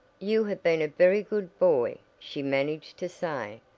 you have been a very good boy, she managed to say,